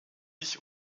ich